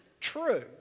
true